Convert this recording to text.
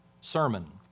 sermon